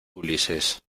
ulises